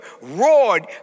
roared